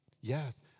Yes